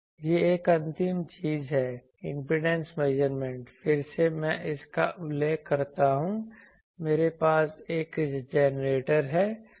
यह एक अंतिम चीज है इम्पीडेंस मेजरमेंट फिर से मैं इसका उल्लेख करता हूं मेरे पास एक जनरेटर है